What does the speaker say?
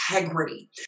integrity